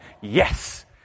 Yes